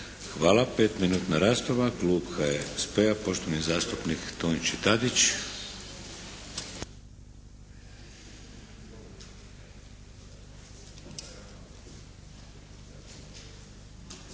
Hvala. Pet minutna rasprava. Klub HSP-a poštovani zastupnik Tonči Tadić.